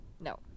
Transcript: No